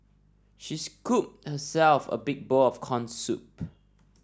she scooped herself a big bowl of corn soup